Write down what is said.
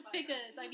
Figures